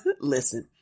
Listen